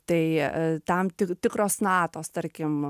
tai tam tik tik tikros natos tarkim